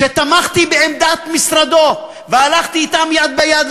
שתמכתי בעמדת משרדו והלכתי אתם יד ביד,